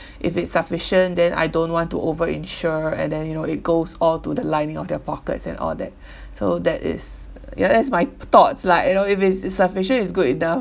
if it's sufficient then I don't want to overinsure and then you know it goes all to the lining of their pockets and all that so that is uh ya that's my thoughts lah you know if it's it's sufficient is good enough